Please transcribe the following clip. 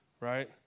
right